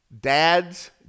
dad's